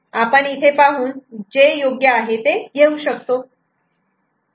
आपण इथे पाहून जे योग्य आहे ते घेऊ शकतो